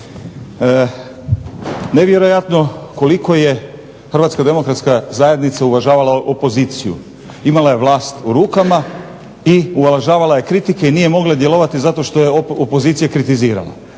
Nevjerojatno koliko je HDZ uvažavala opoziciju. Imala je vlast u rukama i uvažavala je kritike i nije mogla djelovati zato što je opozicija kritizirala.